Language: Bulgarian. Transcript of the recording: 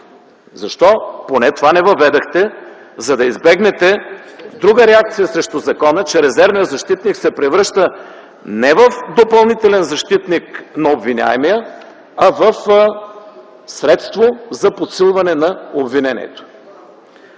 Защо поне това не въведохте, за да избегнете друга реакция срещу закона, че резервният защитник се превръща не в допълнителен защитник на обвиняемия, а в средство за подсилване на обвинението?!